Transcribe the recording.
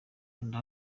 kanda